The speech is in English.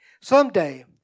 Someday